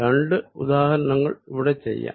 രണ്ട് ഉദാഹരണങ്ങൾ ഇവിടെ ചെയ്യാം